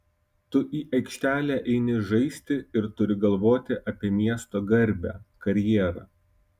tu į aikštelę eini žaisti ir turi galvoti apie miesto garbę karjerą